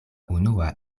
unua